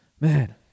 man